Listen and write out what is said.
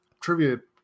trivia